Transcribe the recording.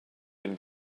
and